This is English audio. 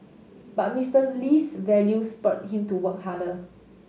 but Mister Lee's values spurred him to work harder